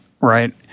Right